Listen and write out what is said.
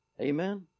Amen